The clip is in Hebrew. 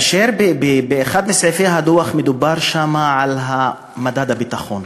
באחד מסעיפי הדוח מדובר על מדד הביטחון,